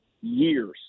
years